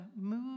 move